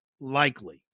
likely